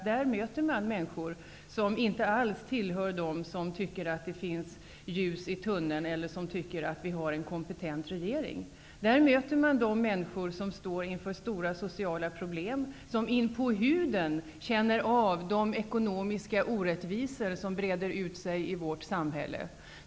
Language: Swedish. Där möter man människor som inte alls tycker att det är ljus i tunneln eller att vi har en kompetent regering. Där möter man människor som har stora sociala problem och som in på huden känner de ekonomiska orättvisor som breder ut sig i vårt samhälle.